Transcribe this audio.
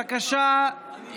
בבקשה,